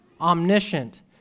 Omniscient